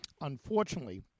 unfortunately